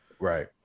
Right